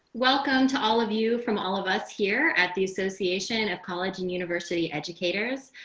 welcome to all of you from all of us here at the association of college and university educators.